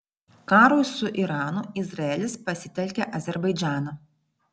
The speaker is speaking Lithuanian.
karui su iranu izraelis pasitelkia azerbaidžaną